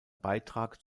betrag